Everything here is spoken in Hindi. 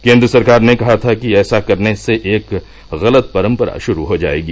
केन्द्र सरकार ने कहा था कि ऐसा करने से एक गलत परंपरा शुरू हो जाएगी